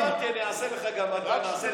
אז אמרתי שאני אעשה לך גם, מתנה.